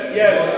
yes